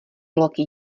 loki